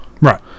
right